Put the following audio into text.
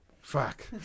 Fuck